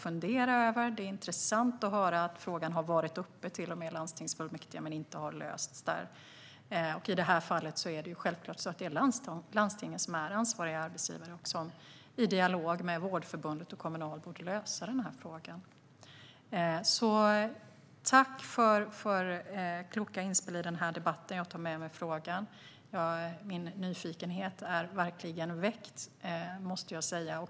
Det är intressant att höra att frågan till och med har varit uppe i landstingsfullmäktige men inte har lösts där. I det här fallet är det självklart så att det är landstinget som är ansvarig arbetsgivare och som i dialog med Vårdförbundet och Kommunal borde lösa frågan. Tack för kloka inspel i debatten! Jag tar med mig frågan. Min nyfikenhet är verkligen väckt, måste jag säga.